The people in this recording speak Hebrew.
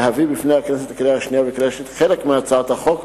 להביא בפני הכנסת לקריאה שנייה ולקריאה שלישית חלק מהצעת החוק,